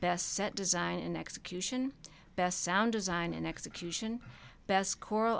best set design an execution best sound design an execution best choral